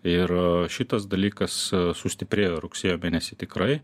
ir šitas dalykas sustiprėjo rugsėjo mėnesį tikrai